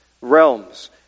realms